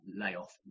layoff